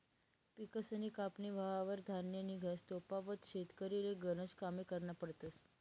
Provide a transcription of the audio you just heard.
पिकसनी कापनी व्हवावर धान्य निंघस तोपावत शेतकरीले गनज कामे करना पडतस